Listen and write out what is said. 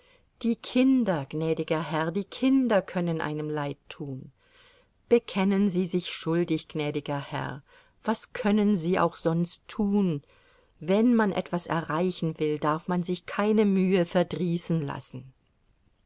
die kinder gnädiger herr die kinder können einem leid tun bekennen sie sich schuldig gnädiger herr was können sie auch sonst tun wenn man etwas erreichen will darf man sich keine mühe verdrießen lassen